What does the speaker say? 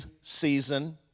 season